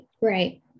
Right